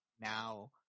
now